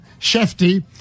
Shefty